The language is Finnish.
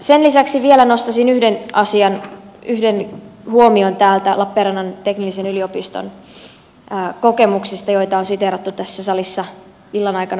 sen lisäksi vielä nostaisin yhden asian yhden huomion lappeenrannan teknillisen yliopiston kokemuksista joita on siteerattu tässä salissa illan aikana paljon